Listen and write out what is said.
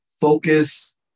focus